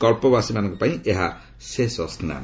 କଳ୍ପବାସୀମାନଙ୍କ ପାଇଁ ଏହା ଶେଷ ସ୍ନାନ